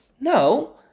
No